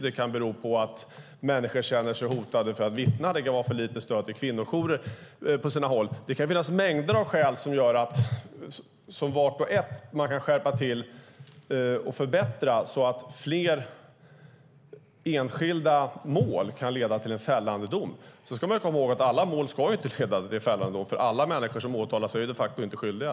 Det kan bero på att människor känner sig hotade att vittna. Det kan vara för lite stöd från kvinnojourer på sina håll. Det kan finnas mängder av skäl där man beträffande vart och ett kan skärpa till och förbättra så att fler enskilda mål kan leda till en fällande dom. Vi ska komma ihåg att alla mål inte ska leda till en fällande dom. Alla människor som åtalas är de facto inte skyldiga.